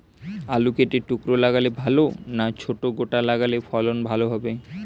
আলু কেটে টুকরো লাগালে ভাল না ছোট গোটা লাগালে ফলন ভালো হবে?